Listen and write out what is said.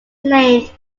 named